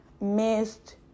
missed